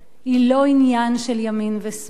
היא לא עניין של ימין ושמאל.